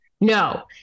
No